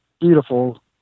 beautiful